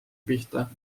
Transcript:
pihta